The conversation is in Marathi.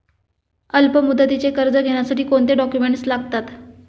अल्पमुदतीचे कर्ज घेण्यासाठी कोणते डॉक्युमेंट्स लागतात?